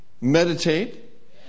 Meditate